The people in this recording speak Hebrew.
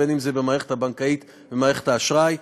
בין אם זה במערכת הבנקאית, במערכת האשראי.